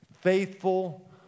faithful